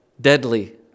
deadly